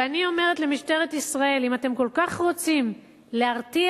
ואני אומרת למשטרת ישראל: אם אתם כל כך רוצים להרתיע,